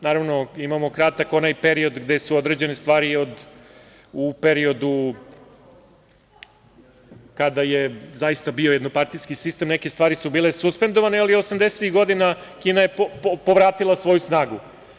Naravno, imamo onaj kratki period gde su određene stvari u periodu kada je zaista bio jednopartijski sistem, neke stvari su bile suspendovane, ali 80-ih godina Kina je povratila svoju snagu.